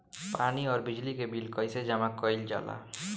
पानी और बिजली के बिल कइसे जमा कइल जाला?